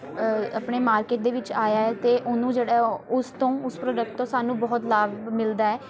ਆਪਣੇ ਮਾਰਕੀਟ ਦੇ ਵਿੱਚ ਆਇਆ ਹੈ ਅਤੇ ਉਹਨੂੰ ਜਿਹੜਾ ਉਸ ਤੋਂ ਉਸ ਪ੍ਰੋਡਕਟ ਤੋਂ ਸਾਨੂੰ ਬਹੁਤ ਲਾਭ ਮਿਲਦਾ ਹੈ